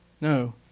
No